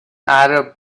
arab